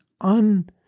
un-